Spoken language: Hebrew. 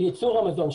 של ייצור המזון,